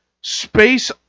space